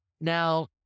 Now